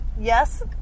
Yes